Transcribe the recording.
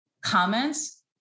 comments